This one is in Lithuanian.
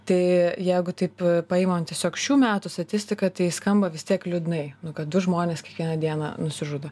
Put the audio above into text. tai jeigu taip paimam tiesiog šių metų statistiką tai skamba vis tiek liūdnai nu kad du žmonės kiekvieną dieną nusižudo